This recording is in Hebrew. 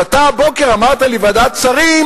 אז אתה הבוקר אמרת לי: ועדת שרים,